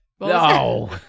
No